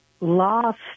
lost